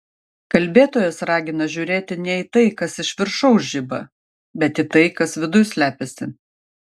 kalbėtojas ragina žiūrėti ne į tai kas iš viršaus žiba bet į tai kas viduj slepiasi